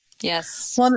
Yes